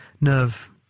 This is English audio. nerve